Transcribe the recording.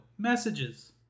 messages